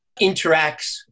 interacts